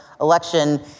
election